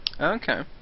Okay